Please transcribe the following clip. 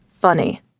Funny